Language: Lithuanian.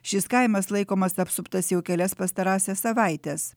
šis kaimas laikomas apsuptas jau kelias pastarąsias savaites